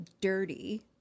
dirty